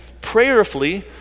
prayerfully